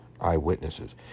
eyewitnesses